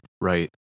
Right